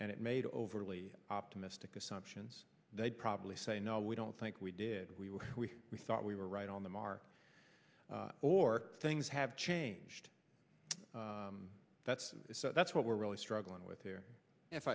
and it made overly optimistic assumptions they'd probably say no we don't think we did we were we we thought we were right on the mark or things have changed that's so that's what we're really struggling with there if